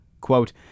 Quote